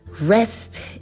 rest